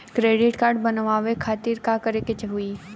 Credit card बनवावे खातिर का करे के होई?